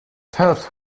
death